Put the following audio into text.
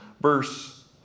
verse